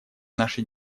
нашей